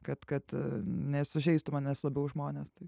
kad kad nesužeistų manęs labiau žmonės tai